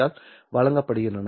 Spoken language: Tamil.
ஆல் வழங்கப்படுகின்றன